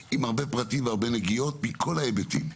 עם הרבה פרטים והרבה נגיעות מכל ההיבטים.